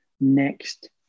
next